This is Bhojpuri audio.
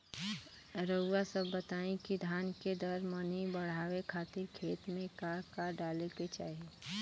रउआ सभ बताई कि धान के दर मनी बड़ावे खातिर खेत में का का डाले के चाही?